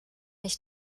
ich